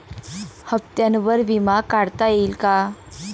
हप्त्यांवर विमा काढता येईल का?